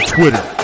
Twitter